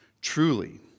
truly